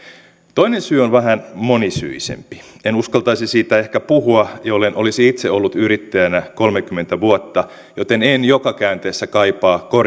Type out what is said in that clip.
toinen syy on vähän monisyisempi en uskaltaisi siitä ehkä puhua jollen olisi itse ollut yrittäjänä kolmekymmentä vuotta joten en joka käänteessä kaipaa